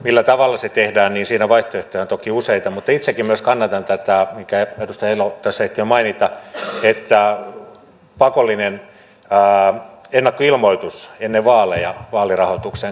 millä tavalla se tehdään siinä vaihtoehtoja on toki useita mutta itsekin kannatan tätä minkä edustaja elo tässä ehti jo mainita että pakollinen ennakkoilmoitus ennen vaaleja vaalirahoituksen kokonaissummasta tehtäisiin